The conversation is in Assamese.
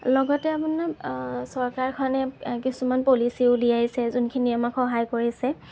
লগতে আপোনাৰ চৰকাৰখনে কিছুমান পলিচি উলিয়াইছে যোনখিনি আমাক সহায় কৰিছে